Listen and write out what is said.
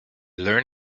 learn